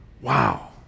Wow